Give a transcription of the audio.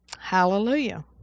hallelujah